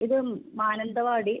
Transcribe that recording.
ഇത് മാനന്തവാടി